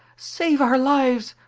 save our lives!